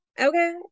Okay